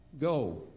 Go